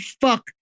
fuck